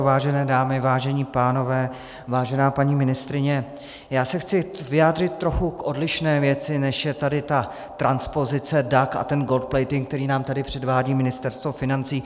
Vážené dámy, vážení pánové, vážená paní ministryně, já se chci vyjádřit k trochu odlišné věci, než je tady transpozice DAC a ten goldplating, který nám tady předvádí Ministerstvo financí.